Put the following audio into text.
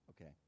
okay